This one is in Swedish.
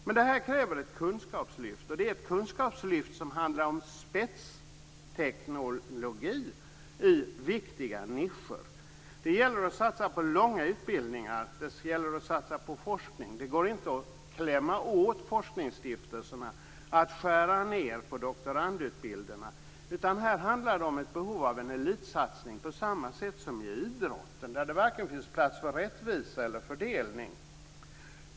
Men det kräver ett kunskapslyft, ett kunskapslyft som handlar om spetsteknologi i viktiga nischer. Det gäller att satsa på långa utbildningar, det gäller att satsa på forskning. Det går inte att klämma åt forskningsstiftelserna och att skära ned på doktorandutbildningarna. Här handlar det om ett behov av en elitsatsning på samma sätt som i idrotten, där det varken finns plats för rättvisa eller fördelning.